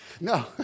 No